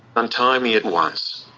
untie me at once.